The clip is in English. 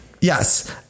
Yes